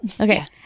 Okay